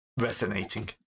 resonating